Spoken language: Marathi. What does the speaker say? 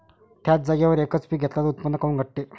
थ्याच जागेवर यकच पीक घेतलं त उत्पन्न काऊन घटते?